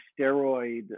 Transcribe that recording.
steroid